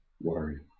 worry